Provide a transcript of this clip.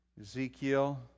Ezekiel